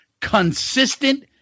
consistent